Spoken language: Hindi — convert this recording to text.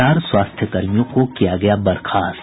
चार स्वास्थ्यकर्मियों को किया गया बर्खास्त